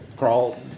crawl